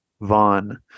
Vaughn